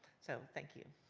so thank you.